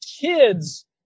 kids